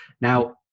Now